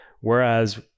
Whereas